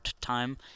time